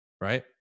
right